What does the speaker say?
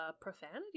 profanity